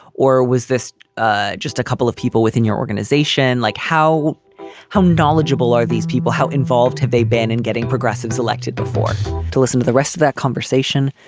or was this ah just a couple of people within your organization? like how how knowledgeable are these people? how involved have they been in getting progressive's elected before to listen to the rest of that conversation.